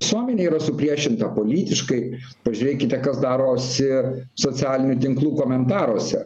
visuomenė yra supriešinta politiškai pažiūrėkite kas darosi socialinių tinklų komentaruose